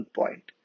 point